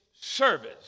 service